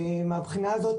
ומהבחינה הזאת,